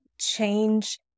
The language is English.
change